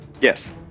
Yes